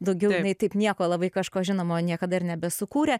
daugiau jinai taip nieko labai kažko žinoma niekada ir nebesukūrė